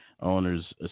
Owners